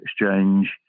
Exchange